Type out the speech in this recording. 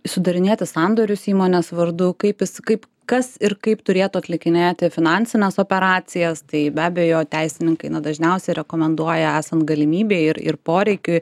sudarinėti sandorius įmonės vardu kaip jis kaip kas ir kaip turėtų atlikinėti finansines operacijas tai be abejo teisininkai dažniausiai rekomenduoja esant galimybei ir ir poreikiui